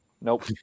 Nope